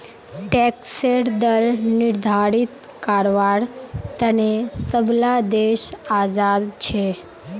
टैक्सेर दर निर्धारित कारवार तने सब ला देश आज़ाद छे